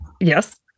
Yes